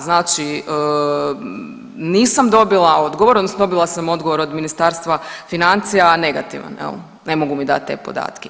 Znači nisam dobila odgovor odnosno dobila sam odgovor od Ministarstva financija negativan jel, ne mogu mi dati te podatke.